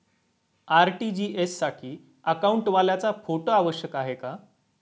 RTGS साठी अकाउंटवाल्याचा photo आवश्यक आहे का?